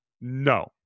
No